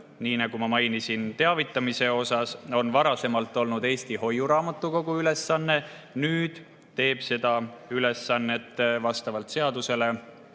nii nagu ma mainisin teavitamise kohta, on see varasemalt olnud Eesti Hoiuraamatukogu ülesanne. Nüüd täidab seda ülesannet vastavalt seadusele